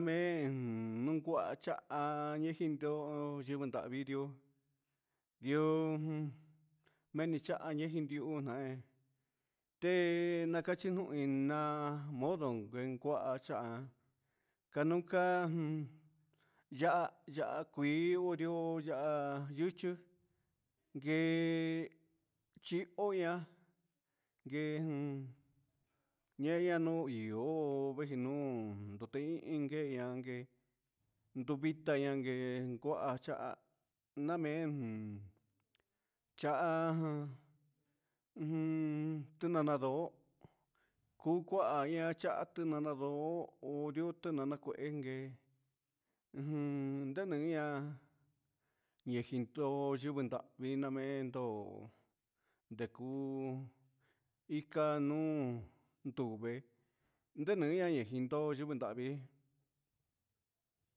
Me'en nungua ca'a ninjin dnó'o, xhinjundavii di'ó, di'ó jun menicha'a nijintiuná te'é nakachi nuin iin na'á modon ni kuan cha'a kanukan jun ya'á ya'á, kuii onrio ya'á yucho ke'e xhionri'a nguen jun ñaña ni'ó ihó venjinon nrute hí ndanke tuvinka ké nguacha namen cha'a ujun tinana ndo'ó kuu kuaya tinana ndo'ó ho nrio tanana kue enke ujun nreniu ihá, yenjindo nruvenangui ndamentó ndekuu inka nuu nduvee nreniajia ni kendo yuku nravii.